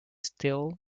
still